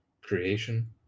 creation